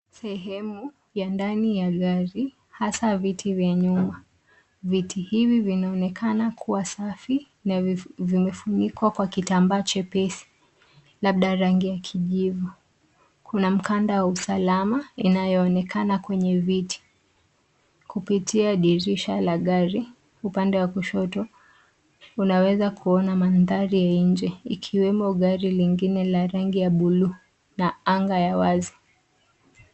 Sehemu ya ndani ya gari hasa viti vya nyuma. Viti hivi vinaonekana kuwa safi na vimefunikwa kwa kitambaa chepesi labda rangi ya kijivu. Kuna mkanda wa usalama inayoonekana kwenye viti kupitia dirisha la gari. Upande wa kushoto unaweza kuona mandhari ya nje ikiwemo gari lingine la rangi ya bluu na anga ya wazi.